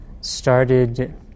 started